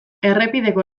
errepideko